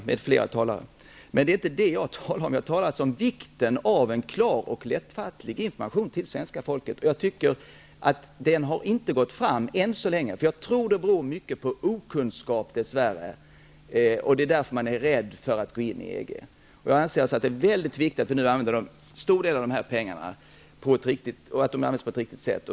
Men det är inte det som jag har talat om, utan om vikten av en klar och lättfattlig information till svenska folket. Jag tycker att den inte har gått fram ännu så länge. Jag tror att det dess värre mycket beror på okunskap. Det är därför man är rädd för att gå in i Jag anser alltså att det är väldigt viktigt att pengarna används på ett riktigt sätt.